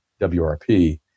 WRP